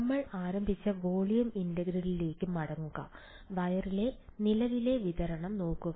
നമ്മൾ ആരംഭിച്ച വോളിയം ഇന്റഗ്രലിലേക്ക് മടങ്ങുക വയറിലെ നിലവിലെ വിതരണം നോക്കുക